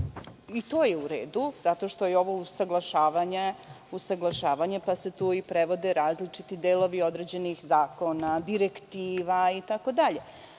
… to je uredu zato što je ovo usaglašavanje, pa se tu prevode različiti delovi određenih zakona, direktiva